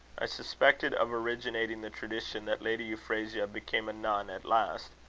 i suspect it of originating the tradition that lady euphrasia became a nun at last.